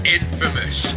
infamous